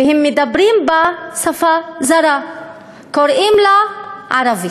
והם מדברים בה שפה זרה, קוראים לה ערבית.